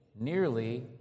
nearly